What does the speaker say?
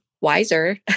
wiser